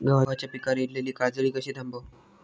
गव्हाच्या पिकार इलीली काजळी कशी थांबव?